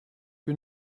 que